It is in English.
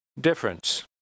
difference